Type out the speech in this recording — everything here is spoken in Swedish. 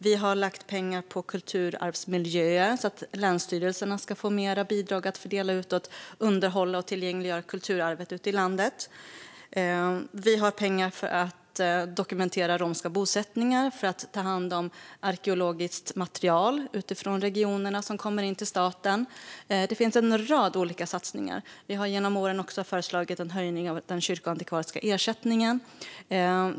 Vi har lagt pengar på kulturarvsmiljöer så att länsstyrelserna ska få mer bidrag att fördela ut för att underhålla och tillgängliggöra kulturarvet ute i landet. Vi har pengar för att dokumentera romska bosättningar och för att ta hand om arkeologiskt material som kommer in till staten från regionerna. Vi har genom åren också föreslagit en höjning av den kyrkoantikvariska ersättningen.